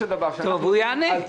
אורי מקלב (יו"ר ועדת